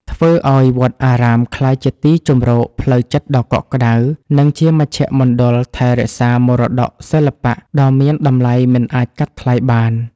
ធ្វើឱ្យវត្តអារាមក្លាយជាទីជម្រកផ្លូវចិត្តដ៏កក់ក្តៅ និងជាមជ្ឈមណ្ឌលថែរក្សាមរតកសិល្បៈដ៏មានតម្លៃមិនអាចកាត់ថ្លៃបាន។